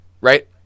right